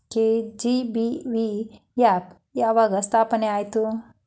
KGBVY ಯಾವಾಗ ಸ್ಥಾಪನೆ ಆತು?